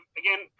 again